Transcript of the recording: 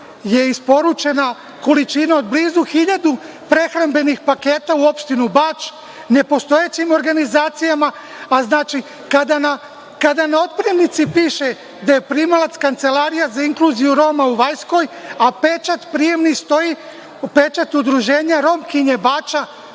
je isporučena količina od blizu hiljadu prehrambenih paketa u opštinu Bač, nepostojećim organizacijama, a znači, kada na otpremnici piše da je primalac Kancelarija za inkluziju Roma u Vajskoj, a pečat prijemni stoji, pečat udruženja Romkinje Bača,